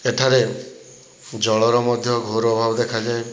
ଏଠାରେ ଜଳର ମଧ୍ୟ ଘୋର ଅଭାବ ଦେଖାଯାଏ